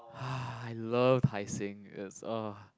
[wah] I love Hai-Sing it's uh